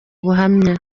ubuhamya